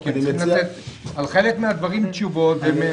כי הם צריכים לתת תשובות על חלק מהדברים.